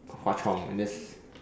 Hwa-Chong and that's